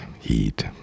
heat